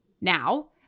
Now